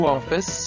Office